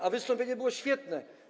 A wystąpienie było świetne.